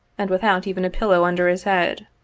and without even a pillow under his head.